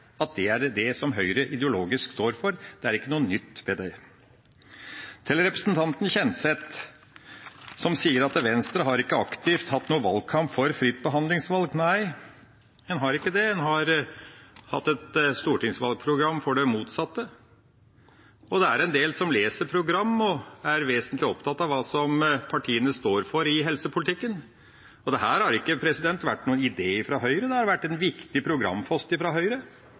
greit at det er det Høyre ideologisk står for, det er ikke noe nytt ved det. Til representanten Kjenseth, som sier at Venstre ikke aktivt har hatt noen valgkamp for fritt behandlingsvalg: Nei, de har ikke det. De har hatt et stortingsvalgprogram for det motsatte, og det er en del som leser program og er i det vesentlige opptatt av hva partiene står for i helsepolitikken. Dette har ikke vært noen idé fra Høyre, det har vært en viktig programpost fra Høyre,